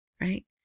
right